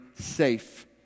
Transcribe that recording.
safe